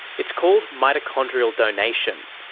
it's called mitochondrial donation,